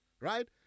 right